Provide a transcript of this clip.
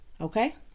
Okay